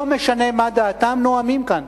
לא משנה מה דעתם, נואמים כאן.